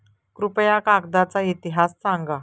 कृपया कागदाचा इतिहास सांगा